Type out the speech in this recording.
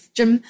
Jim